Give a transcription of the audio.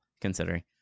considering